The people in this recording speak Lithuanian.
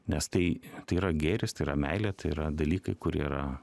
nes tai yra gėris tai yra meilė tai yra dalykai kur yra